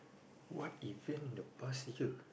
what event in the past year